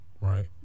Right